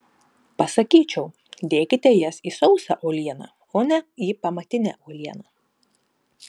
pasakyčiau dėkite jas į sausą uolieną o ne į pamatinę uolieną